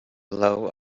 blow